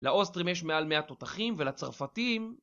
לאוסטרים יש מעל מאה תותחים ולצרפתים